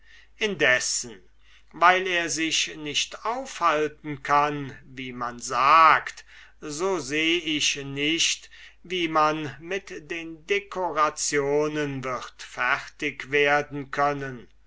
indessen weil er sich nicht aufhalten kann wie man sagt so seh ich nicht wie man mit den decorationen wird fertig werden können